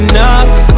Enough